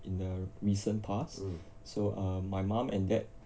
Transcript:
in a recent past so err my mom and dad